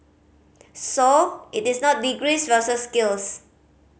so it is not degrees versus skills